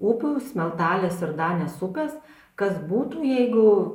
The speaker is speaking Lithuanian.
upių smeltalės ir danės upės kas būtų jeigu